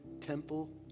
temple